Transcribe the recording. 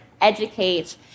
educate